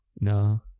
No